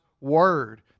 Word